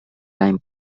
time